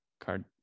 card